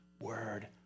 word